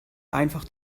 einfach